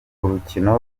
urukino